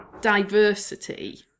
diversity